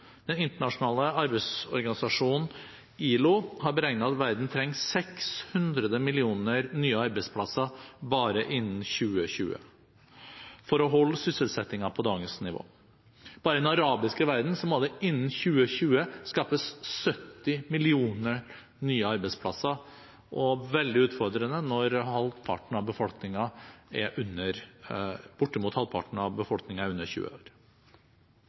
Den internasjonale arbeidsorganisasjonen ILO har beregnet at verden trenger 600 millioner nye arbeidsplasser bare innen 2020 for å holde sysselsettingen på dagens nivå. Bare i den arabiske verden må det innen 2020 skaffes 70 millioner nye arbeidsplasser. Det er veldig utfordrende når bortimot halvparten av befolkningen er under 20 år.